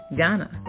Ghana